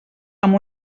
amb